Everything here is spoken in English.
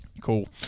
Cool